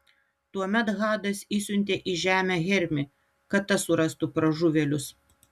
tuomet hadas išsiuntė į žemę hermį kad tas surastų pražuvėlius